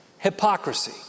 hypocrisy